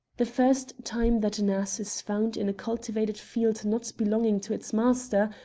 the first time that an ass is found in a cultivated field not belonging to its master,